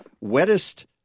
wettest